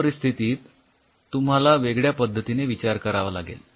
त्या परिस्थितीत तुम्हाला वेगळ्या पद्धतीने विचार करावा लागेल